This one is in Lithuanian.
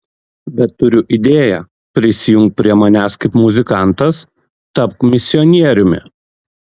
bet turiu idėją prisijunk prie manęs kaip muzikantas tapk misionieriumi